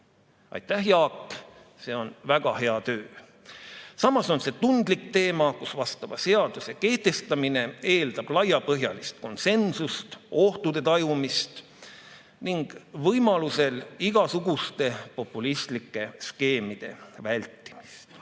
Aitäh, Jaak! See on väga hea töö. Samas on see tundlik teema, kus vastava seaduse kehtestamine eeldab laiapõhjalist konsensust, ohtude tajumist ning võimaluse korral igasuguste populistlike skeemide vältimist.